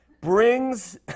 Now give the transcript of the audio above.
Brings